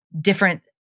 different